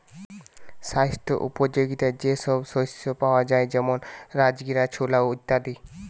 স্বাস্থ্য উপযোগিতা যে সব শস্যে পাওয়া যায় যেমন রাজগীরা, ছোলা ইত্যাদি